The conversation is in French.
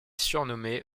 surnommée